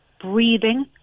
breathing